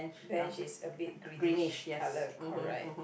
bench is a bit greenish colour correct